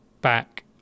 back